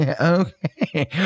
Okay